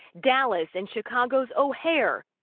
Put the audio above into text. dallas, and chicago's o'hare.